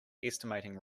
estimating